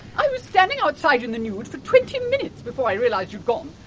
i was standing outside in the nude for twenty minutes before i realised you'd gone!